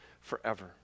forever